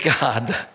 God